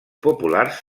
populars